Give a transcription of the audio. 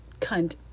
cunt